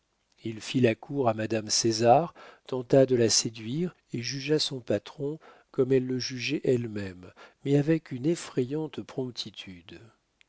il fit la cour à madame césar tenta de la séduire et jugea son patron comme elle le jugeait elle-même mais avec une effrayante promptitude